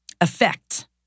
effect